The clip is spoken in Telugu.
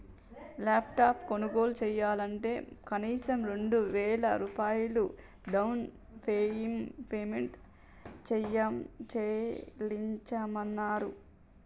ల్యాప్టాప్ కొనుగోలు చెయ్యాలంటే కనీసం రెండు వేల రూపాయలు డౌన్ పేమెంట్ చెల్లించమన్నరు